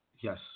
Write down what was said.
Yes